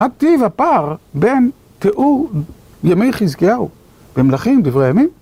הטי ופער בין תיאור ימי חזקיהו, במלאכים, דברי הימים.